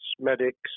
medics